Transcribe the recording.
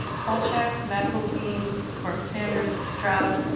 paul check, mcelveen, corbett sanders, strauss,